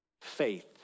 faith